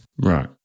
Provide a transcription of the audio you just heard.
Right